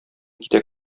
китә